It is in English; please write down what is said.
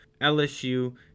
LSU